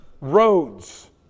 roads